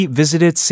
visited